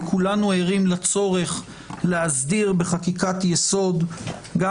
כולנו ערים לצורך להסדיר בחקיקת יסוד גם